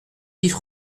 vifs